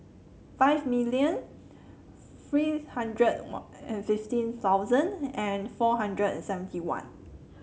five million free hundred one and fifteen thousand and four hundred and seventy one